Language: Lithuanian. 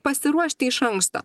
pasiruošti iš anksto